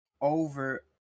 over